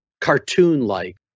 cartoon-like